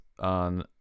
On